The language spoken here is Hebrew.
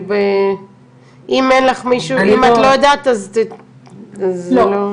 אם את לא יודעת אז -- לא,